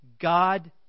God